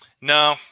No